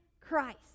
Christ